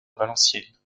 valenciennes